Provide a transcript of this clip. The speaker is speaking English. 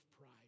pride